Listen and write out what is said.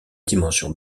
dimension